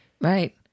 Right